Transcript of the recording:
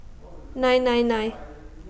nine nine nine